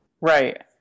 Right